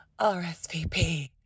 RSVP